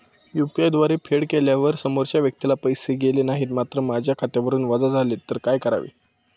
UPI द्वारे फेड केल्यावर समोरच्या व्यक्तीला पैसे गेले नाहीत मात्र माझ्या खात्यावरून वजा झाले तर काय करावे?